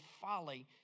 folly